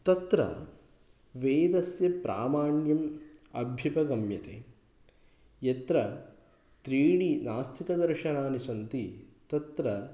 तत्र वेदस्य प्रामाण्यम् अभ्युपगम्यते यत्र त्रीणि नास्तिकदर्शनानि सन्ति तत्र